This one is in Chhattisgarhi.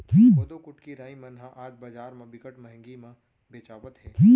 कोदो, कुटकी, राई मन ह आज बजार म बिकट महंगी म बेचावत हे